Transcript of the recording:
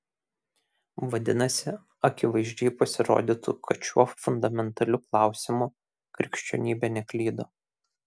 vadinasi akivaizdžiai pasirodytų kad šiuo fundamentaliu klausimu krikščionybė neklydo